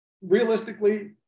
realistically